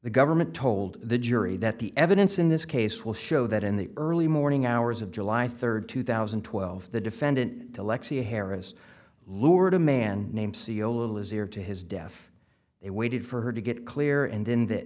the government told the jury that the evidence in this case will show that in the early morning hours of july third two thousand and twelve the defendant alexia harris lured a man named c e o little easier to his death they waited for her to get clear and then that